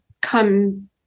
come